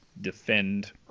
defend